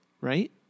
right